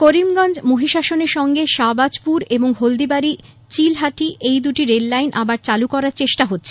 করিমগঞ্জ মহিষাসনের সঙ্গে শাহবাজপুর এবং হলদিবাড়ি চিলহাটি এই দুটি রেল লাইন আবার চালু করার চেষ্টা হচ্ছে